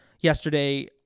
yesterday